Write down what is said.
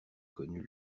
connus